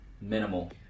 minimal